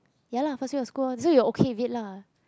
ya lah first year of school so you okay a bit lah